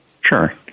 Sure